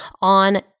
on